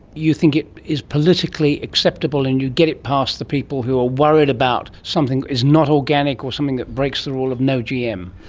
you think it is politically acceptable and you'd get it past the people who are worried about something that is not organic or something that breaks the rule of no gm?